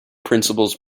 principles